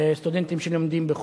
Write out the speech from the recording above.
סטודנטים שלומדים בחו"ל.